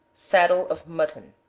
saddle of mutton.